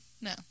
No